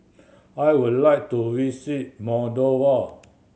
I would like to visit Moldova